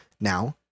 now